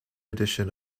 edition